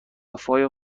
وفای